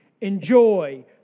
enjoy